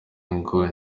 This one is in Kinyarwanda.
ngo